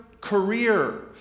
career